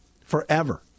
Forever